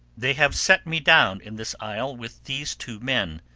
they have set me down in this isle with these two men,